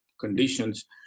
conditions